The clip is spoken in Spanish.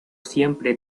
siempre